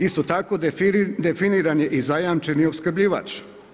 Isto tako definiran je zajamčen opskrbljivač.